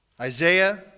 Isaiah